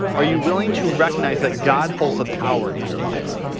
are you willing to recognize that god holds the power in your life?